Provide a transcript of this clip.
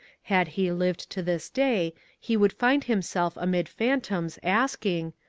had he lived to this day he would find himself amid phantoms asking,